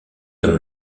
dans